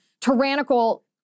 tyrannical